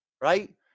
right